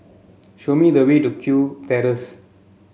show me the way to Kew Terrace